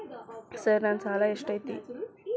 Sir ನನ್ನ ಸಾಲಾ ಎಷ್ಟು ಐತ್ರಿ?